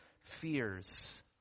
fears